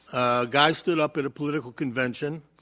a guy stood up at a political convention,